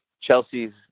Chelsea's